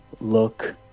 look